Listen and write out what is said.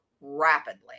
rapidly